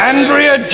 Andrea